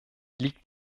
liegt